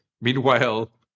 Meanwhile